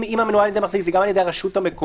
אם "המנוהל על ידי מחזיק" זה גם על ידי הרשות המקומית,